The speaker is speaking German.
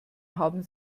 haben